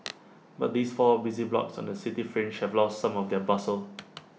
but these four busy blocks on the city fringe have lost some of their bustle